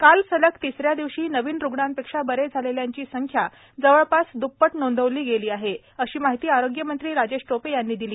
काल सलग तिसऱ्या दिवशी नवीन रुग्णांपेक्षा बरे झालेल्यांची संख्या जवळपास द्प्पट नोंदवली गेली आहे अशी माहिती आरोग्यमंत्री राजेश टोपे यांनी दिली